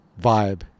vibe